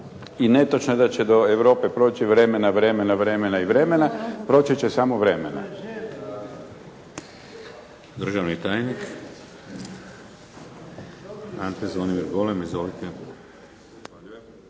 i netočno je da će do Europe proći vremena, vremena, vremena i vremena, proći će samo vremena.